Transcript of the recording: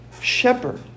shepherd